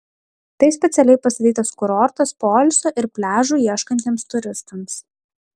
tai specialiai pastatytas kurortas poilsio ir pliažų ieškantiems turistams